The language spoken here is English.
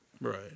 Right